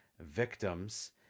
Victims